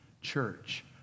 church